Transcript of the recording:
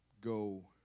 go